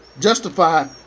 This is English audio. justify